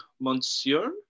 monsieur